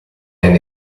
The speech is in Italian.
anni